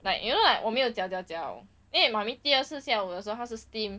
like you know like 我没有搅搅搅 then 妈咪第二次下午的时候他是 steam